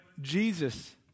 Jesus